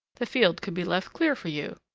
the field could be left clear for you.